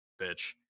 bitch